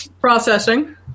Processing